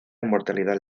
inmortalidad